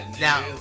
Now